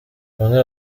bamwe